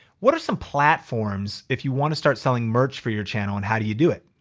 what are some platforms, if you wanna start selling merch for your channel and how do you do it?